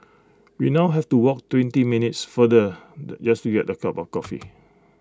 we now have to walk twenty minutes farther just to get A cup of coffee